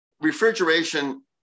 refrigeration